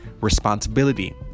responsibility